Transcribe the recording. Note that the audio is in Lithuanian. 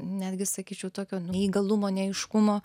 netgi sakyčiau tokio neįgalumo neaiškumo